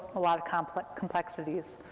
a lot of kind of complexities